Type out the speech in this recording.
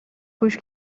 گوش